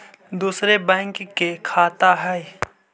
दुसरे बैंक के खाता हैं?